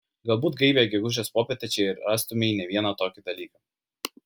galbūt gaivią gegužės popietę čia ir rastumei ne vieną tokį dalyką